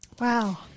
Wow